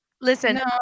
Listen